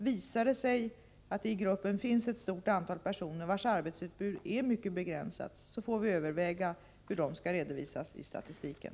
Visar det sig att det i gruppen finns ett stort antal personer vars arbetsutbud är mycket begränsat får vi överväga hur de skall redovisas i statistiken.